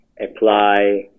apply